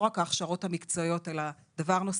רק ההכשרות המקצועיות אלא דבר נוסף.